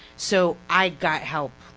so, i got help.